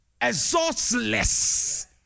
exhaustless